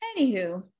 anywho